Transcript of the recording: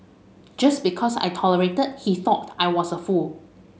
just because I tolerated that he thought I was a fool